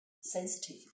sensitive